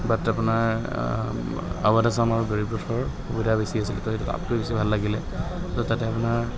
বাট আপোনাৰ আৱধ আছাম আৰু গৰীবৰথৰ সুবিধা বেছি আছিলে তো সেইটো বেছি ভাল লাগিলে ত' তাতে আপোনাৰ